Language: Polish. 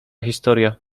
historia